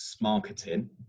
marketing